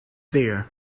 there